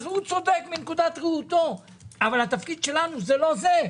הוא צודק מנקודת ראותו אבל התפקיד שלנו הוא לא זה.